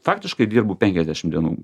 faktiškai dirbu penkiasdešimt dienų